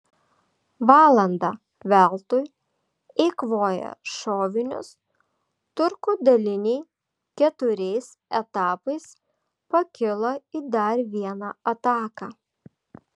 valandą veltui eikvoję šovinius turkų daliniai keturiais etapais pakilo į dar vieną ataką